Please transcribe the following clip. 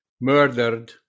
murdered